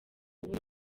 ubundi